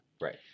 Right